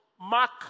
Mark